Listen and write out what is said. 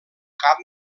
cap